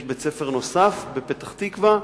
יש בית-ספר נוסף בפתח-תקווה,